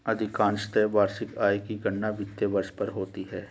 अधिकांशत वार्षिक आय की गणना वित्तीय वर्ष पर होती है